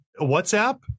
WhatsApp